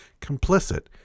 complicit